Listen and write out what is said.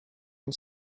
and